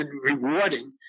rewarding